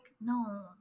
no